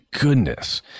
goodness